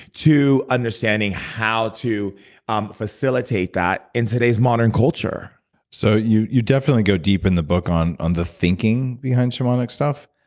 to understanding how to um facilitate that in today's modern culture so you you definitely go deep in the book on on the thinking behind shamanic stuff.